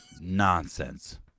nonsense